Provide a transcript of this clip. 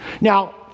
Now